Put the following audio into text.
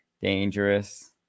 dangerous